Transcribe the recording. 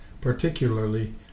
particularly